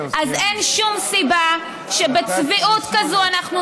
אז אין שום סיבה שבצביעות כזאת אנחנו